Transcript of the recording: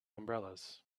umbrellas